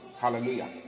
Hallelujah